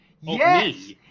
Yes